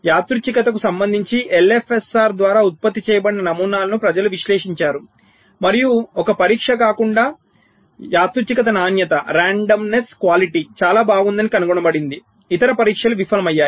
యాదృచ్ఛికతకు సంబంధించి LFSR ద్వారా ఉత్పత్తి చేయబడిన నమూనాలను ప్రజలు విశ్లేషించారు మరియు ఒక పరీక్ష కాకుండా యాదృచ్ఛికత నాణ్యత చాలా బాగుందని కనుగొనబడింది ఇతర పరీక్షలు విఫలమయ్యాయి